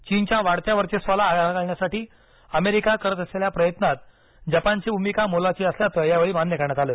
चीनच्या वाढत्या वर्चस्वाला आळा घालण्यासाठी अमेरिका करत असलेल्या प्रयत्नात जपानची भूमिका मोलाची असल्याचं यावेळी मान्य करण्यात आलं